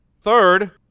Third